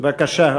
בבקשה,